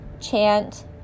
chant